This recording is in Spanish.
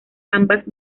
ambas